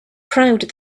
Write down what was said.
proud